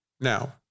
Now